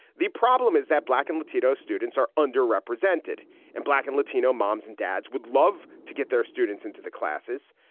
the problem is that black and latino students are underrepresented in and black and latino moms and dads would love to get their students into the classes,